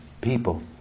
people